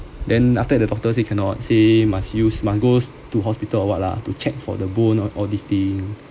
then after that the doctor say cannot say must use must goes to hospital or what lah to check for the bone all these things